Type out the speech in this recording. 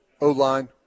O-line